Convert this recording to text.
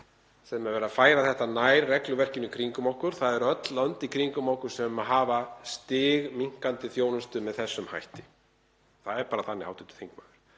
sem verið er að færa þetta nær regluverkinu í kringum okkur. Öll lönd í kringum okkur hafa stiglækkandi þjónustu með þessum hætti. Það er bara þannig, hv. þingmaður.